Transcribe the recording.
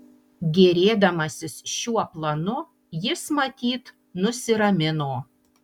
gėrėdamasis šiuo planu jis matyt nusiramino